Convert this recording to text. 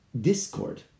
discord